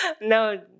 No